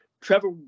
Trevor